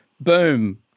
boom